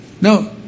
now